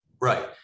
Right